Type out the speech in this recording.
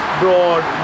broad